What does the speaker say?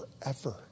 forever